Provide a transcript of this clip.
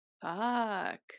fuck